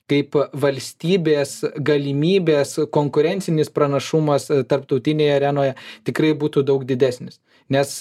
kaip valstybės galimybės konkurencinis pranašumas tarptautinėje arenoje tikrai būtų daug didesnis nes